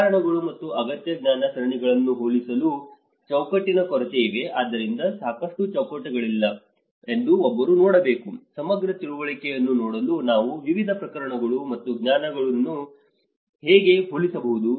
ಕರಣಗಳು ಮತ್ತು ಅಗತ್ಯ ಜ್ಞಾನ ಸರಣಿಗಳನ್ನು ಹೋಲಿಸಲು ಚೌಕಟ್ಟಿನ ಕೊರತೆ ಇವೆ ಆದ್ದರಿಂದ ಸಾಕಷ್ಟು ಚೌಕಟ್ಟುಗಳಿಲ್ಲ ಎಂದು ಒಬ್ಬರು ನೋಡಬೇಕು ಸಮಗ್ರ ತಿಳುವಳಿಕೆಯನ್ನು ನೋಡಲು ನಾವು ವಿವಿಧ ಪ್ರಕರಣಗಳು ಮತ್ತು ಜ್ಞಾನವನ್ನು ಹೇಗೆ ಹೋಲಿಸಬಹುದು